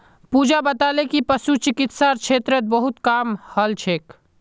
पूजा बताले कि पशु चिकित्सार क्षेत्रत बहुत काम हल छेक